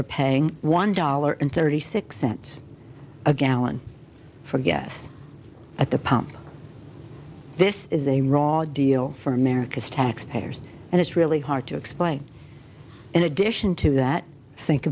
are paying one dollar and thirty six cents a gallon for gas at the pump this is a raw deal for america's taxpayers and it's really hard to explain in addition to that think